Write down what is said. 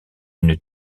une